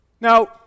Now